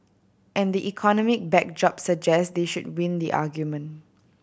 and the economic backdrop suggests they should win the argument